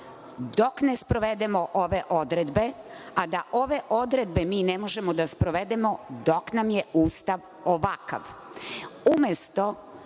dok ne sprovedemo ove odredbe, a da ove odredbe mi ne možemo da sprovedemo dok nam je Ustav ovakav. Umesto